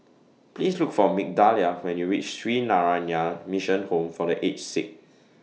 Please Look For Migdalia when YOU REACH Sree Narayana Mission Home For The Aged Sick